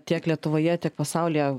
tiek lietuvoje tiek pasaulyje